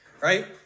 right